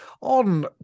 on